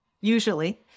usually